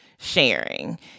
sharing